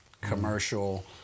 commercial